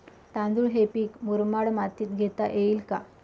तांदूळ हे पीक मुरमाड मातीत घेता येईल का?